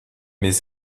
mes